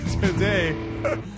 Today